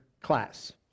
class